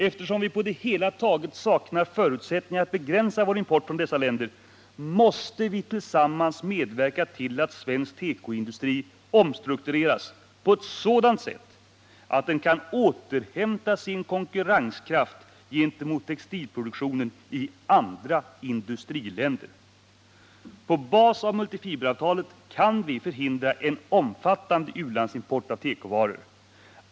Eftersom vi på det hela taget saknar förutsättningar att begränsa vår import från dessa länder, måste vi tillsammans medverka till att svensk tekoindustri omstruktureras på ett sådant sätt att den kan återhämta sin konkurrenskraft gentemot textilproduktionen i andra industriländer. På bas av multifiberavtalet kan vi förhindra en omfattande u-landsimport av tekovaror.